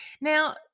Now